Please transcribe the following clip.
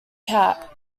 cat